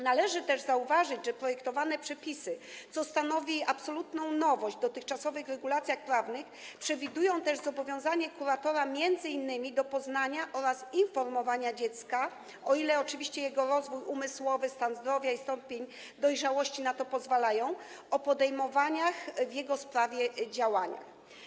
Należy też zauważyć, że projektowane przepisy, co stanowi absolutną nowość w dotychczasowych regulacjach prawnych, przewidują też zobowiązanie kuratora m.in. do poznania dziecka i informowania go, o ile oczywiście jego rozwój umysłowy, stan zdrowia i stopień dojrzałości na to pozwalają, o podejmowanych w jego sprawie działaniach.